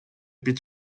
під